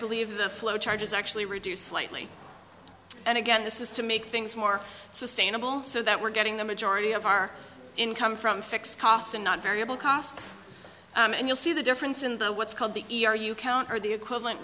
believe the flow charges actually reduce slightly and again this is to make things more sustainable so that we're getting the majority of our income from fixed costs and not variable costs and you'll see the difference in the what's called the e r you count are the equivalent